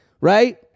right